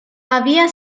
había